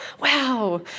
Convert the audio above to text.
Wow